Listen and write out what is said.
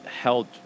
held